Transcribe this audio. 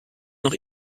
noch